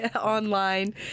online